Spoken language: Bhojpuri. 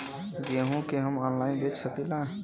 गेहूँ के हम ऑनलाइन बेंच सकी ला?